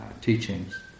teachings